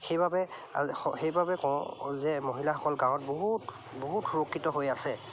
সেইবাবে সেইবাবে কওঁ যে মহিলাসকল গাঁৱত বহুত বহুত সুৰক্ষিত হৈ আছে